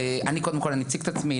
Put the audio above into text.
אני קודם כל אני אציג את עצמי,